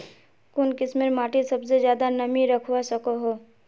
कुन किस्मेर माटी सबसे ज्यादा नमी रखवा सको हो?